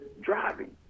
driving